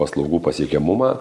paslaugų pasiekiamumą